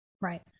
Right